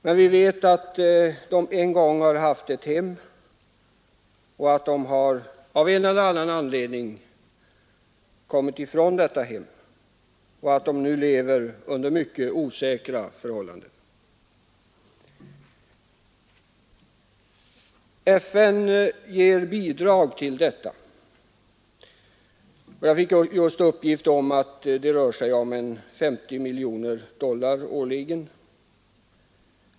Men vi vet att dessa människor en gång har haft ett hem och att de av en eller annan anledning har kommit ifrån detta hem och nu lever under mycket osäkra förhållanden. FN ger bidrag till flyktinglägren, och jag fick just uppgift om att det rör sig om 50 miljoner dollar årligen.